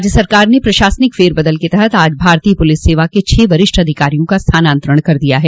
राज्य सरकार ने प्रशासनिक फेरबदल के तहत आज भारतीय पुलिस सेवा के छह वरिष्ठ अधिकारियों का स्थानांतरण कर दिया है